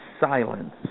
silence